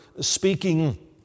speaking